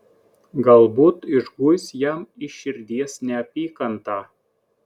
galbūt išguis jam iš širdies neapykantą